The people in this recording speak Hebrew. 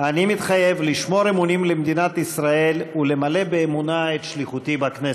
"אני מתחייב לשמור אמונים למדינת ישראל ולמלא באמונה את שליחותי בכנסת".